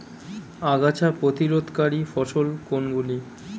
আগাছা প্রতিরোধকারী ফসল কোনগুলি?